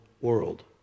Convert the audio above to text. world